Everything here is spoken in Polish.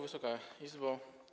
Wysoka Izbo!